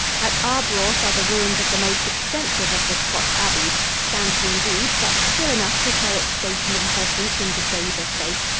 at arbroath are the ruins of the most extensive of the scotch abbeys, scanty indeed, but still enough to show its state and importance in the days of faith.